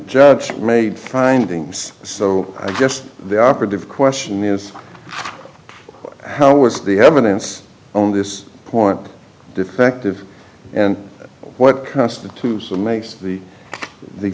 judge made findings so i guess the operative question is how was the evidence on this point defective and what constitutes the makes the the